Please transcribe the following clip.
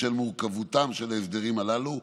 בשל מורכבותם של ההסדרים הללו,